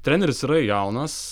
treneris yra jaunas